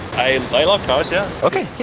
i love cars, yeah. ok,